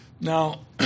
Now